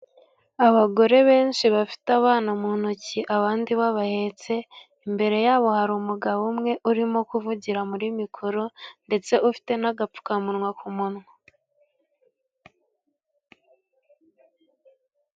Abagore benshi bafite abana mu ntoki, abandi babahetse imbere yabo ,hari umugabo umwe urimo kuvugira muri mikoro，ndetse ufite n'agapfukamunwa ku munwa.